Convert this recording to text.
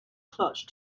clutch